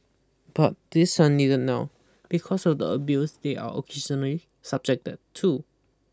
but these are need now because of the abuse they are occasionally subjected to